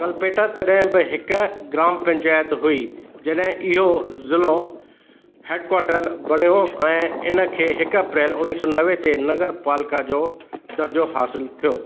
कलपेटा तॾहिं बि हिकु ग्राम पंचायत हुई जॾहिं इहो ज़िलो हेडक्वार्टर बणियो ऐं इन खे हिकु अप्रैल उणिवीह सौ नवे ते नगर पालिका जो दर्जो हासिलु थियो